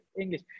english